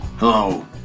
Hello